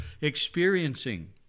experiencing